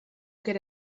good